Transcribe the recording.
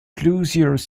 plusieurs